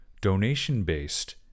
donation-based